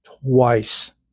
twice